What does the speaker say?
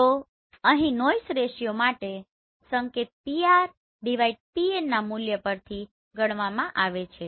તો અહીં નોઈસ રેશીઓમાટે સંકેત PrPn ના મુલ્ય પર થી ગણવામાં આવે છે